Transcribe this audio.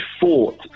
fought